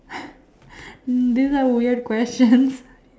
hmm this are weird questions